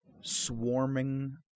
swarming